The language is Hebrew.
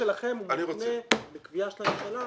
החוק שלכם מפנה לקביעה של הממשלה על מצב ביטחוני.